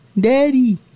daddy